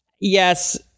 Yes